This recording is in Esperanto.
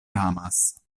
amas